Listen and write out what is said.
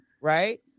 Right